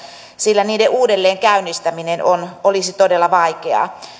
sillä niiden uudelleenkäynnistäminen olisi todella vaikeaa